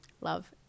Love